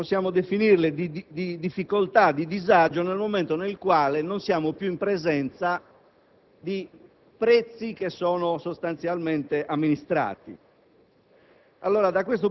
che possiamo definire di difficoltà e di disagio nel momento in cui non siamo più in presenza di prezzi sostanzialmente amministrati.